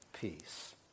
peace